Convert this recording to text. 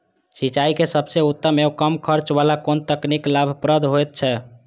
सिंचाई के सबसे उत्तम एवं कम खर्च वाला कोन तकनीक लाभप्रद होयत छै?